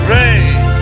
Rain